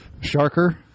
Sharker